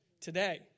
today